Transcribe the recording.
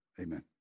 amen